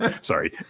sorry